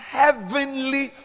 heavenly